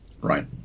right